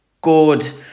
good